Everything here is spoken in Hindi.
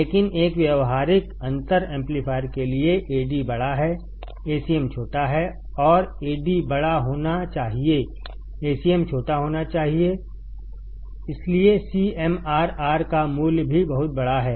लेकिन एक व्यावहारिक अंतर एम्पलीफायर के लिएAd बड़ा है Acmछोटा हैऔर Adबड़ा होना चाहिए Acmछोटा होना चाहिए इसलिए सीएमआरआर का मूल्य भी बहुत बड़ा है